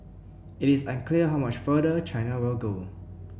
it is unclear how much farther China will go